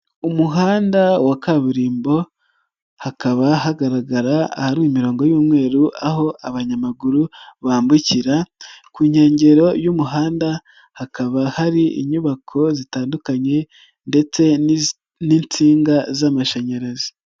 Umuhanda wa kaburimbo hakaba hagaragara ahari imirongo y'umweru, aho abanyamaguru bambukira, ku nkengero y'umuhanda hakaba hari inyubako zitandukanye ndetse n'insinga z'amashanyarazi.